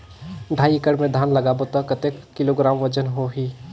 ढाई एकड़ मे धान लगाबो त कतेक किलोग्राम वजन होही?